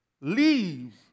leave